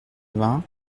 vingt